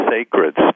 sacred